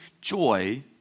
joy